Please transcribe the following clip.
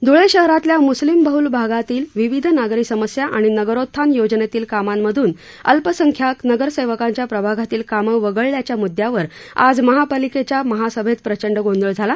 ध्ळे शहरातील म्स्लिमबहल भागातील विविध नागरी समस्या आणि नगरोत्थान योजनेतील कामांमधून अल्पसंख्याक नगरसेवकांच्या प्रभागातील कामं वगळल्याच्या मुदयावर आज महापालिकेच्या महासभेत प्रचंड गोंधळ झाला